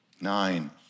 Nine